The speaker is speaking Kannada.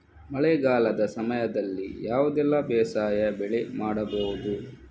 ಮಳೆಗಾಲದ ಸಮಯದಲ್ಲಿ ಯಾವುದೆಲ್ಲ ಬೇಸಾಯ ಬೆಳೆ ಮಾಡಬಹುದು?